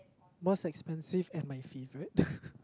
most expensive and my favourite